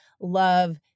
love